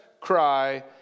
cry